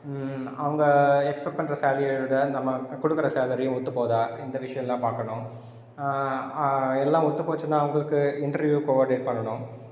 அவுங்க எக்ஸ்பெக்ட் பண்ணுற சேலரியை விட நம்ம இப்போ கொடுக்கற சேலரி ஒத்துப் போகுதா இந்த விஷயமெலாம் பார்க்கணும் எல்லாம் ஒத்து போய்ச்சுன்னா அவங்களுக்கு இன்டெர்வியூ கோஆர்டினேட் பண்ணணும்